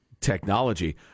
technology